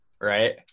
right